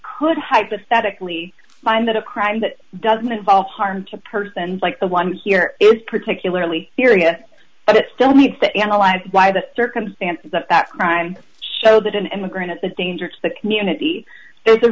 could hypothetically find that a crime that doesn't involve harm to a person like the one here is particularly syria but it still needs that analyze why the circumstances of that crime show that an immigrant is a danger to the community or the re